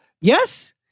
Yes